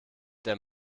der